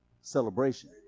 celebration